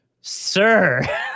Sir